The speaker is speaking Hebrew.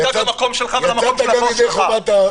תדאג למקום שלך ושל הבוס שלך.